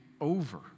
over